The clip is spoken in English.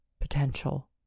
potential